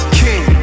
king